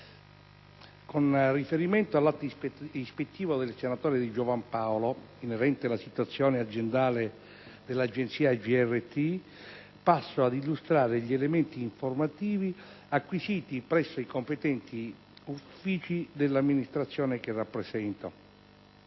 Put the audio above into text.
con riferimento all'atto ispettivo del senatore Di Giovan Paolo, inerente la situazione aziendale dell'agenzia GRT, passo ad illustrare gli elementi informativi acquisiti presso i competenti uffici dell'amministrazione che rappresento.